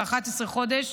ב-11 חודש